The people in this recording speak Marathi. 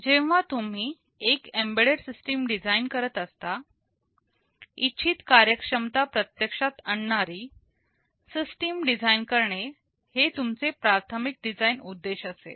जेव्हा तुम्ही एक एम्बेड्डेड सिस्टीम डिझाईन करत असता इच्छित कार्यक्षमता प्रत्यक्षात आणणारी सिस्टीम डिझाईन करणे हे तुमचे प्राथमिक डिझाईन उद्देश असेल